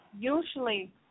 Usually